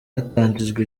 hatangijwe